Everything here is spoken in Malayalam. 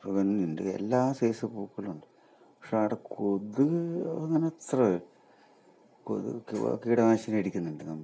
ജമന്തിയുണ്ട് എല്ലാ സൈസ് പൂക്കളും ഉണ്ട് പക്ഷെ അവിടെ കൊതുക് അങ്ങനെ അത്ര കൊതുക്ക് കിടനാശിനി അടിക്കുന്നുണ്ട് നമ്മൾ